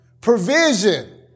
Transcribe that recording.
Provision